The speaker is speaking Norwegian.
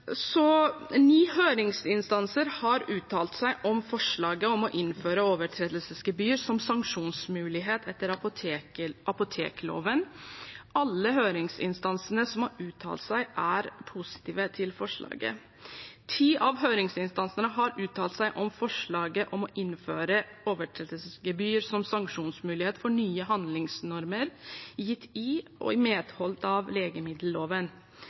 Ni høringsinstanser har uttalt seg om forslaget om å innføre overtredelsesgebyr som sanksjonsmulighet etter apotekloven. Alle høringsinstansene som har uttalt seg, er positive til forslaget. Ti av høringsinstansene har uttalt seg om forslaget om å innføre overtredelsesgebyr som sanksjonsmulighet for nye handlingsnormer gitt i og i medhold av legemiddelloven.